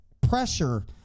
pressure